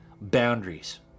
boundaries